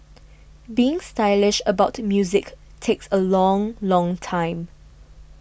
being stylish about music takes a long long time